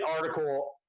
article